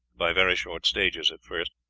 by very short stages at first,